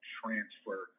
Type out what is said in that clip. transfer